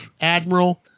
admiral